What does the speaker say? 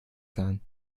sein